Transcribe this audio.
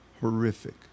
horrific